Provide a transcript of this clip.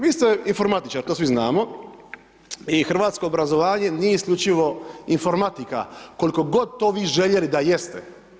Vi ste informatičar to svi znamo i hrvatsko obrazovanje nije isključivo informatika koliko god to vi željeli da jeste.